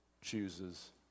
chooses